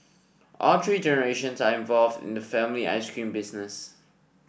all three generations are involved in the family ice cream business